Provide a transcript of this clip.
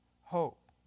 hope